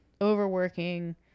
overworking